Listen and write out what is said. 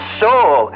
soul